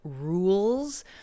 rules